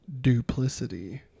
Duplicity